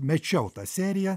mečiau tą seriją